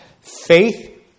Faith